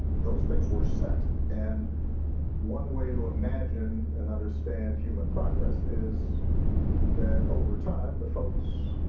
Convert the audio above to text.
those things were set. and one way to imagine and understand human progress is that over time, the folks